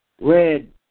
Red